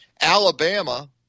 Alabama